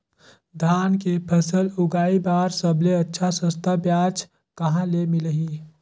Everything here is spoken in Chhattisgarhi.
धान के फसल उगाई बार सबले अच्छा सस्ता ब्याज कहा ले मिलही?